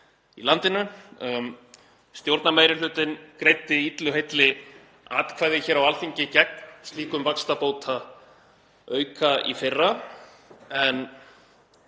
í landinu. Stjórnarmeirihlutinn greiddi illu heilli atkvæði á Alþingi gegn slíkum vaxtabótaauka í fyrra. En